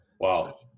Wow